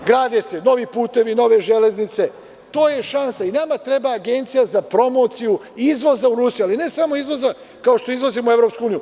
Grade se novi putevi, nove železnice, to je šansa i nema treba agencija za promociju izvoza u Rusiju, a ne samo izvoza, kao što izvozimo u EU.